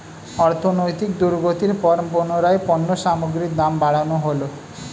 অর্থনৈতিক দুর্গতির পর পুনরায় পণ্য সামগ্রীর দাম বাড়ানো হলো